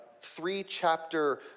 three-chapter